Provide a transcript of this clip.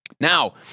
Now